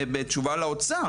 בתשובה לאוצר,